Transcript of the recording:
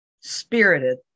Spirited